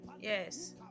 Yes